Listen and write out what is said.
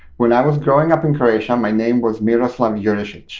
when i was growing up in croatia, my name was miroslav yurecic.